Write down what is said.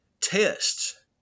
tests